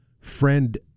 friend